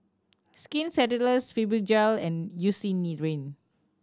Skin Ceuticals Fibogel and Eucerin